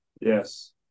Yes